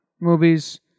movies